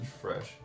fresh